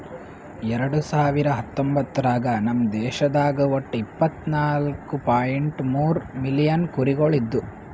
ಎರಡು ಸಾವಿರ ಹತ್ತೊಂಬತ್ತರಾಗ ನಮ್ ದೇಶದಾಗ್ ಒಟ್ಟ ಇಪ್ಪತ್ನಾಲು ಪಾಯಿಂಟ್ ಮೂರ್ ಮಿಲಿಯನ್ ಕುರಿಗೊಳ್ ಇದ್ದು